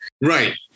Right